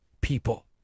people